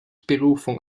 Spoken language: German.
berufung